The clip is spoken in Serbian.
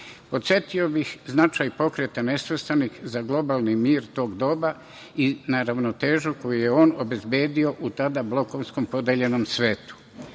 bih na značaj Pokreta nesvrstanih za globalni mir tog doba i na ravnotežu koju je on obezbedio u tada blokovski podeljenom svetu.